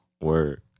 Word